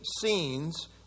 scenes